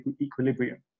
equilibrium